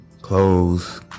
clothes